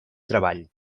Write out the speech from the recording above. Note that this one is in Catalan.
treball